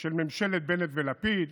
של ממשלת בנט ולפיד,